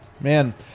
Man